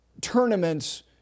tournaments